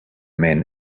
men